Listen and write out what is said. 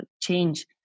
change